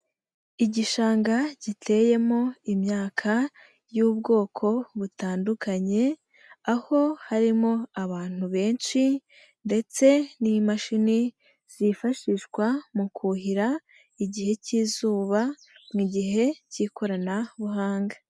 Igishanga giteyemo imyaka y'ubwoko butandukanye aho harimo abantu benshi ndetse n'imashini zifashishwa mu kuhira igihe cy'izuba mu gihe cy'ikoranabuhanga.